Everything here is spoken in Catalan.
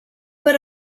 per